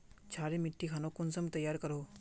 क्षारी मिट्टी खानोक कुंसम तैयार करोहो?